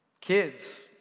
Kids